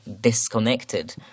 disconnected